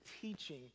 teaching